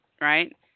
Right